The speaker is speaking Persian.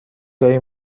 گاهی